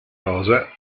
rosa